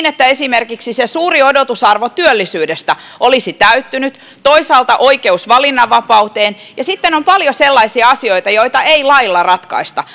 että esimerkiksi se suuri odotusarvo työllisyydestä olisi täyttynyt toisaalta oikeus valinnanvapauteen ja sitten on paljon sellaisia asioita joita ei lailla ratkaista